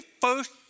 first